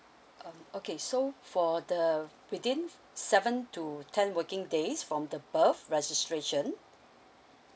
uh okay so for the within seven to ten working days from the birth registration